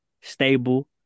stable